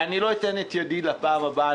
ואני לא אתן את ידי בפעם הבאה.